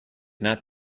not